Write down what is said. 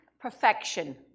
perfection